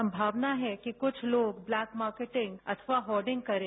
संगावना है कि कुछ लोग ब्लैक मार्केटिंग अथवा होडिंग करें